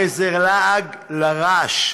הרי זה לעג לרש.